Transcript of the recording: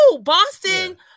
Boston